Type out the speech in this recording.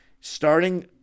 starting